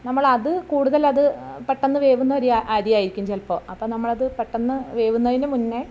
നമ്മളത് കൂടുതലത് പെട്ടെന്ന് വേകുന്ന ഒരരിയായിരിക്കും ചിലപ്പോൾ അപ്പം നമ്മളത് പെട്ടന്ന് വേകുന്നതിന് മുന്നേ